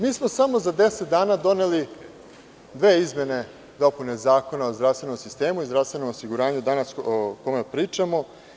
Mi smo samo za 10 dana doneli dve izmene i dopune zakona o zdravstvenom sistemu i zdravstvenom osiguranju, o kome danas pričamo.